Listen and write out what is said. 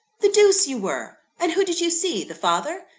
the deuce you were! and who did you see the father?